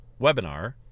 webinar